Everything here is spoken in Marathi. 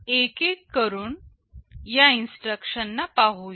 एकेक करून या इन्स्ट्रक्शन ना पाहुया